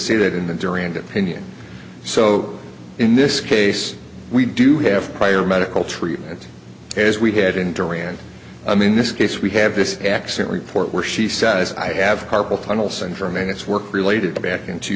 say that in the jury and opinion so in this case we do have prior medical treatment as we head injury and i mean this case we have this accident report where she says i have carpal tunnel syndrome and it's work related back in two